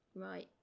right